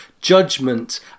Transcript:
judgment